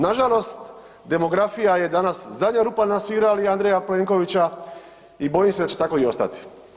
Nažalost, demografija je danas zadnja rupa na svirali Andreja Plenkovića i bojim se da će tako i ostati.